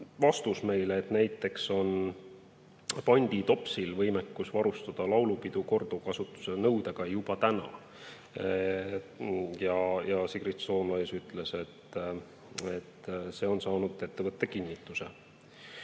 vastus, et näiteks Panditopsil on võimekus varustada laulupidu korduvkasutusega nõudega juba täna. Ja Sigrid Soomlais ütles, et see on saanud ettevõtte kinnituse.